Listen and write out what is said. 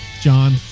John